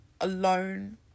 alone